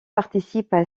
participent